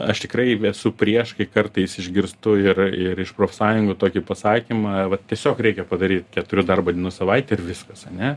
aš tikraie su prieš kai kartais išgirstu ir ir iš profsąjungų tokį pasakymą vat tiesiog reikia padaryt keturių darbo dienų savaitę ir viskas ane